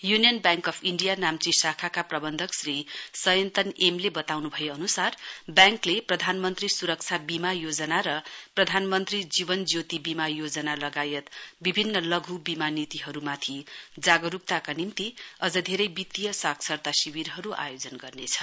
union Bank of India Namchi शाखाका प्रबन्धक Shri Sayantan M ले बताउनु भए अनुसार ब्याङ्कले प्रधानमन्त्री सुरक्षा बीमा योजना र प्रधानमन्त्री जीवन ज्योति बीमा योजना लगायत विभिन्न सुक्ष्म बीमा नीतिहरूमाथि जागरूकताका निम्ति अझै धेरै वित्तिय साक्षरता शिविरहरू आयोजित गर्नेछ